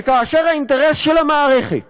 וכאשר האינטרס של המערכת